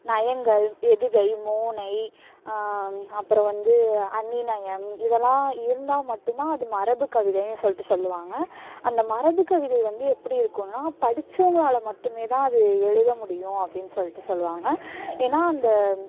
நயங்கள் எதுகை மோனை அப்புறம் வந்து அணிநயம் இதெல்லாம் இருந்தால் மட்டும் தான் அது மரபுக்கவிதைன்னு சொல்லிட்டு சொல்லுவாங்க அந்த மரபுக்கவிதை வந்து எப்படி இருக்கும்னா படித்தவங்களால மட்டுமே தான் அது எழுத முடியும் அப்படின்னு சொல்லிட்டு சொல்லுவாங்க ஏன்னால் அந்த